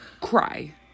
cry